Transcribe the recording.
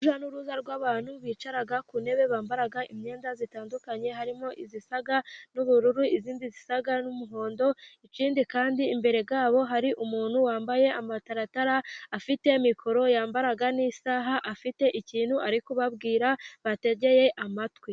Urujya n'uruza rw' abantu bicaye ku ntebe bambara imyenda zitandukanye harimo: izisa n' ubururu izindi zisa n' umuhondo ikindi kandi imbere yabo hari umuntu wambaye amataratara, afite mikoro yambara n' isaha afite ikintu ari kubabwira bategeye amatwi.